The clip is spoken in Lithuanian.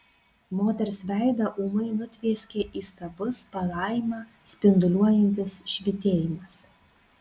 moters veidą ūmai nutvieskė įstabus palaimą spinduliuojantis švytėjimas